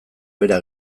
bera